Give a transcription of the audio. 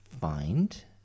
find